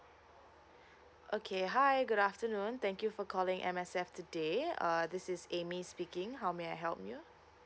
okay hi good afternoon thank you for calling M_S_F today uh this is amy speaking how may I help you